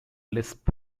lisp